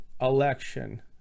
election